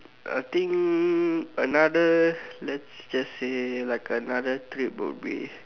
I think another let's just say like another trip will be